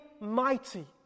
mighty